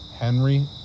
Henry